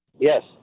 Yes